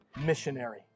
missionary